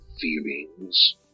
feelings